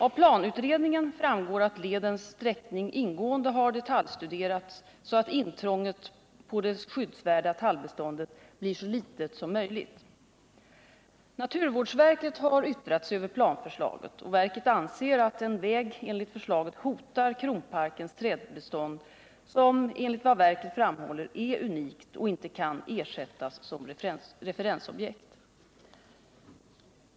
Av planutredningen framgår att ledens sträckning ingående har detaljstuderats så att intrånget på det skyddsvärda tallbeståndet blir så litet som möjligt. Naturvårdsverket har yttrat sig över planförslaget. Verket anser att en väg enligt förslaget hotar Kronparkens trädbestånd som, enligt vad verket framhåller, är unikt och inte kan ersättas som referensobjekt.